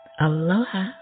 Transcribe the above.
Aloha